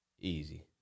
Easy